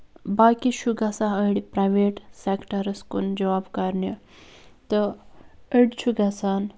باقٕے چھُ گژھان أڈۍ پرٛایویٹ سیکٹَرَس کُن جاب کرنہِ تہٕ أڈۍ چھِ گژھان